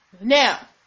now